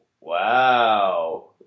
Wow